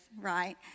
Right